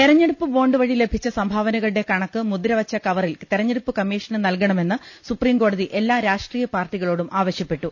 തെരഞ്ഞെടുപ്പ് ബോണ്ട് വഴി ലഭിച്ച സംഭാവനകളുടെ കണക്ക് മുദ്രവെച്ച കവറിൽ തെരഞ്ഞെടുപ്പ് കമ്മീഷന് നൽകണമെന്ന് സുപ്രീംകോടതി എല്ലാ രാഷ്ട്രീയപാർട്ടികളോടും ആവശ്യപ്പെട്ടു